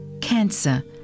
cancer